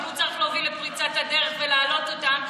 אבל הוא צריך להוביל את פריצת הדרך ולהעלות אותם,